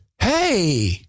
hey